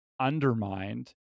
undermined